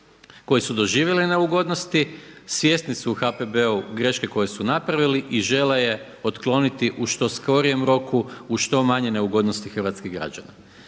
koji su doživjeli neugodnosti, svjesni su u HPB-u greške koje su napravili i žele je otkloniti u što skorijem roku, uz što manje neugodnosti hrvatskih građana.